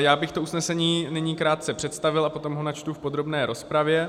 Já bych to usnesení nyní krátce představil a potom ho načtu v podrobné rozpravě.